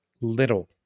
little